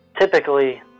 typically